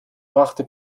brachte